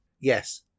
Yes